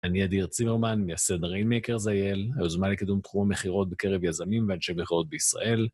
אני אדיר צימרמן, מייסד ריימקר זייל, היוזמה לקידום תחום מכירות בקרב יזמים ואנשי מכירות בישראל.